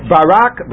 Barak